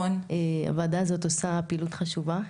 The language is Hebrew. הוועדה הזו עושה פעילות חשובה.